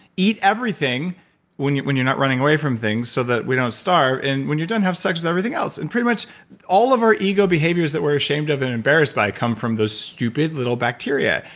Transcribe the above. eat everything when when you're not running away from things so that we don't starve, and when you're done have sex with everything else. and pretty much all of our ego behaviors that we're ashamed of and embarrassed by come from those stupid little bacteria.